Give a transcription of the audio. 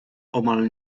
omal